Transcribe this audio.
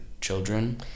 children